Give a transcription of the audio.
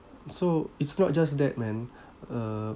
so it's not just that man uh